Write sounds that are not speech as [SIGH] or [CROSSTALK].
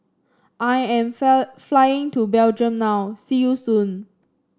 I am [NOISE] flying to Belgium now see you soon